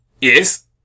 Yes